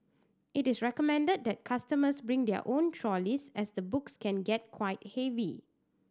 it is recommended that customers bring their own trolleys as the books can get quite heavy